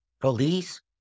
police